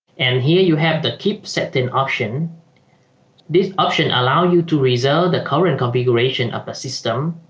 and here you have the keep setting option this option allow you to reserve the current configuration of a system